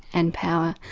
and power.